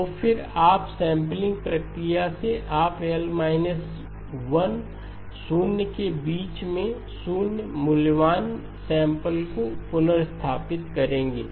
तो फिर upsampling प्रक्रियाएँ से आप L − 1 शून्य के बीच में शून्य मूल्यवान सैंपलको पुनर्स्थापित करेंगे